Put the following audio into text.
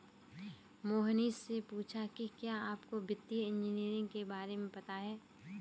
मोहनीश ने पूछा कि क्या आपको वित्तीय इंजीनियरिंग के बारे में पता है?